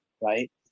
right